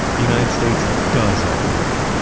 the united states does have the money.